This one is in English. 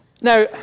Now